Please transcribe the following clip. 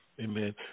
Amen